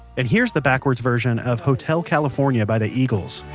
and here's the backwards version of hotel california by the eagles.